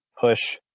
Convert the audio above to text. push